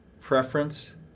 preference